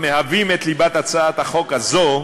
המהווים את ליבת הצעת החוק הזו,